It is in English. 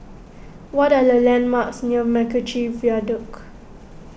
what are the landmarks near MacRitchie Viaduct